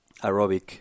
aerobic